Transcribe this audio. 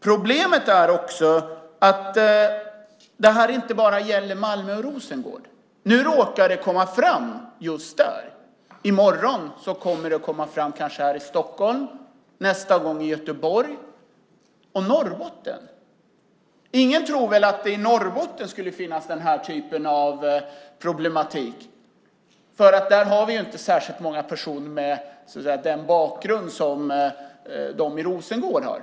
Problemet är också att det här inte gäller bara Malmö och Rosengård. Nu råkade detta komma fram just där. I morgon kommer det kanske fram här i Stockholm och nästa gång i Göteborg och också i Norrbotten. Ingen tror väl att den här typen av problematik finns i Norrbotten. Där finns ju inte särskilt många personer med den bakgrund som de i Rosengård har.